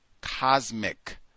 cosmic